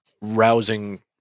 rousing